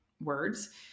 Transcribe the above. words